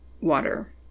water